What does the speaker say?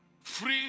free